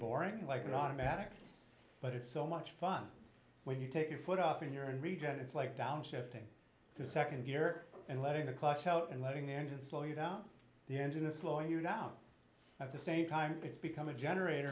boring like an automatic but it's so much fun when you take your foot off in your region it's like downshifting to second gear and letting the clutch out and letting the engine slow you down the engine is slowing you down at the same time it's become a generator